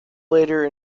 later